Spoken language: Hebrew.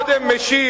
אני קודם משיב.